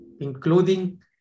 including